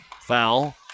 foul